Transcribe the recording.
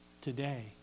today